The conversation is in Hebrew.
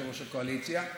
יושב-ראש הקואליציה,